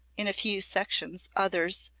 in a few sections others,